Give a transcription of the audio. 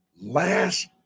last